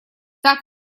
так